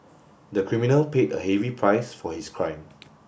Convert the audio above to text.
the criminal paid a heavy price for his crime